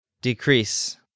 Decrease